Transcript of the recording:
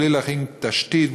בלי להכין תשתית,